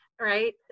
right